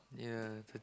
ya thir~